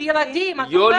ילדים --- מותר להם?